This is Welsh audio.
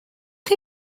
chi